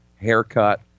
haircut